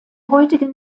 heutigen